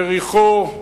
יריחו,